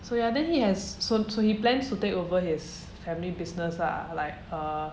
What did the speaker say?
so ya then he has so so he plans to take over his family business lah like err